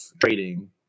trading